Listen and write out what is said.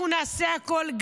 אנחנו נעשה הכול,